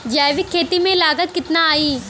जैविक खेती में लागत कितना आई?